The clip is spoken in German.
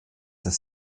das